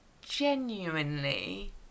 genuinely